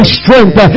strength